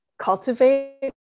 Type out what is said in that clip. cultivate